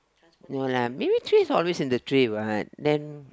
no lah maybe trees always in the tree what then